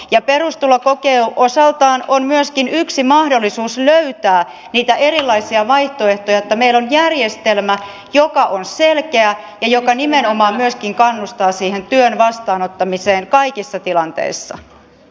perustulokokeilu osaltaan on myöskin yksi mahdollisuus löytää niitä erilaisia vaihtoehtoja jotta meillä on järjestelmä joka on selkeä ja joka nimenomaan myöskin kannustaa siihen työn vastaanottamiseen kaikissa tilanteissa